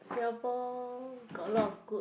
Singapore got a lot of good